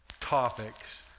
topics